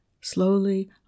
slowly